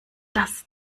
das